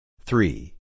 Three